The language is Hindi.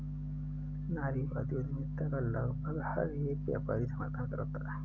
नारीवादी उद्यमिता का लगभग हर एक व्यापारी समर्थन करता है